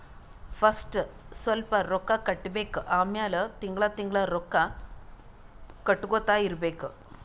first ಸ್ವಲ್ಪ್ ರೊಕ್ಕಾ ಕಟ್ಟಬೇಕ್ ಆಮ್ಯಾಲ ತಿಂಗಳಾ ತಿಂಗಳಾ ರೊಕ್ಕಾ ಕಟ್ಟಗೊತ್ತಾ ಇರ್ಬೇಕ್